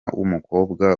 w’umukobwa